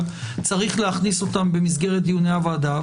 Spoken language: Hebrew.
צריך להכניס אותם במסגרת דיוני הוועדה.